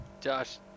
Josh